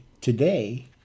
today